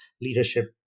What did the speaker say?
leadership